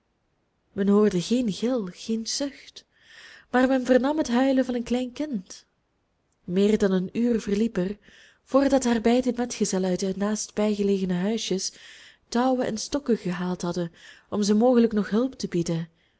men hoorde geen gil geen zucht maar men vernam het huilen van een klein kind meer dan een uur verliep er voordat haar beide metgezellen uit de naast bijgelegene huisjes touwen en stokken gehaald hadden om zoo mogelijk nog hulp te bieden